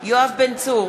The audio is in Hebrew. יואב בן צור,